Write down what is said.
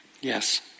Yes